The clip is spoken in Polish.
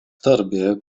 torbie